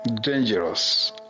dangerous